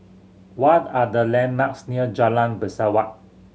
what are the landmarks near Jalan Pesawat